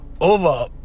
over